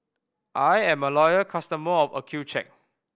I am a loyal customer of Accucheck